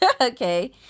okay